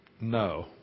No